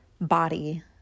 body